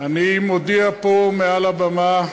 אני מודיע פה מעל הבמה,